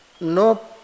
no